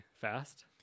Fast